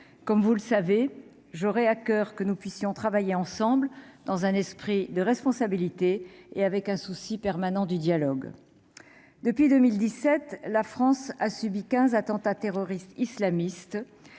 comme vous le savez, j'aurai à coeur que nous puissions travailler ensemble dans un esprit de responsabilité et avec un souci permanent du dialogue depuis 2017, la France a subi 15 attentats terroristes islamistes